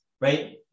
Right